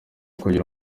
kugira